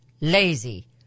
lazy